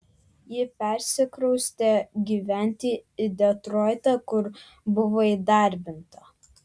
ji persikraustė gyventi į detroitą kur buvo įdarbinta